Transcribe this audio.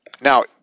now